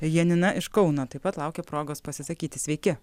janina iš kauno taip pat laukia progos pasisakyti sveiki